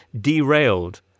derailed